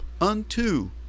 unto